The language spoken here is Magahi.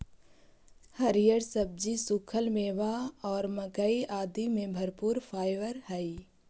हरिअर सब्जि, सूखल मेवा और मक्कइ आदि में भरपूर फाइवर हई